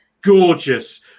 gorgeous